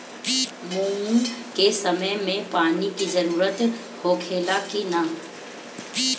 मूंग के समय मे पानी के जरूरत होखे ला कि ना?